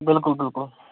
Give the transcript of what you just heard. بالکل بالکل